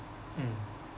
mm